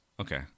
Okay